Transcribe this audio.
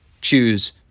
choose